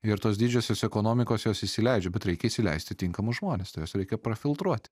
ir tos didžiosios ekonomikos jos įsileidžia bet reikia įsileisti tinkamus žmones tai juos reikia prafiltruot